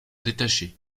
détacher